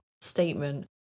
statement